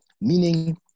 meaning